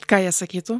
ką jie sakytų